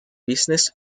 business